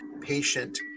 patient